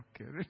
Okay